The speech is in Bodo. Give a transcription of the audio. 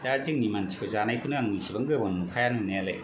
जा जोंनि मानसिखौ जानायखौनो आं इसेबां गोबां नुखाया नुनायालाय